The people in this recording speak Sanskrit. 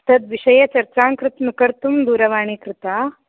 तद्विषये चर्चां कृ कर्तुं दूरवाणी कृता